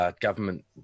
government